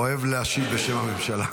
שאוהב להגיב בשם הממשלה,